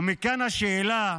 ומכאן השאלה: